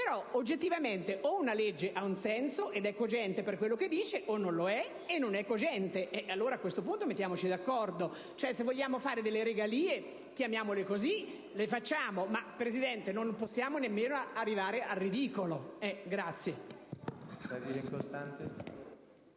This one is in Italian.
Però, oggettivamente, o una legge ha un senso, ed è cogente per quello che dice, o non lo ha, e non è cogente. Ma allora, a questo punto, mettiamoci d'accordo. Se vogliamo fare delle regalie (chiamiamole così), facciamole; però, signor Presidente, non possiamo arrivare al ridicolo.